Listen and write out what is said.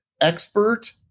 expert